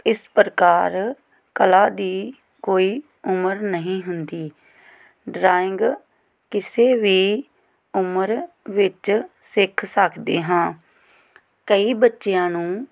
ਇਸ ਪ੍ਰਕਾਰ ਕਲਾ ਦੀ ਕੋਈ ਉਮਰ ਨਹੀਂ ਹੁੰਦੀ ਡਰਾਇੰਗ ਕਿਸੇ ਵੀ ਉਮਰ ਵਿਚ ਸਿੱਖ ਸਕਦੇ ਹਾਂ ਕਈ ਬੱਚਿਆਂ ਨੂੰ